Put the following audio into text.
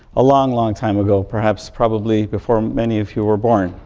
a long, long time ago. perhaps probably before many of you were born.